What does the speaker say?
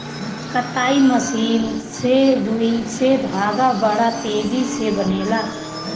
कताई मशीन से रुई से धागा बड़ा तेजी से बनेला